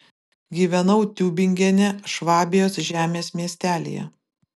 gyvenau tiubingene švabijos žemės miestelyje